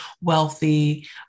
wealthy